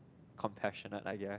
compassionate I guess